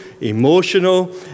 emotional